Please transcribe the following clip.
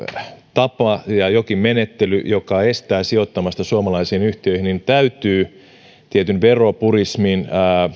tapa ja jokin menettely joka estää sijoittamasta suomalaisiin yhtiöihin täytyy tietyn veropurismin